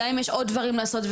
גם אם יש עוד דברים לעשות,